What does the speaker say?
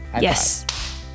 Yes